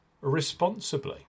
responsibly